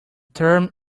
term